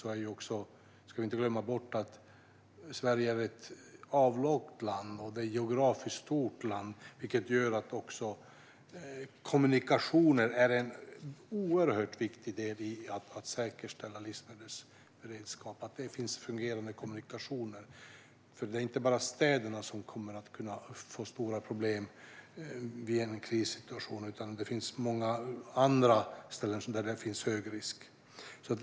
Vi ska inte glömma bort att Sverige är ett avlångt och geografiskt stort land, vilket gör att kommunikationer är en oerhört viktig del i att säkerställa livsmedelsberedskap. Det måste finnas fungerande kommunikationer. Det är inte bara städerna som kommer att få stora problem vid en krissituation, utan det finns också många andra ställen där det finns hög risk.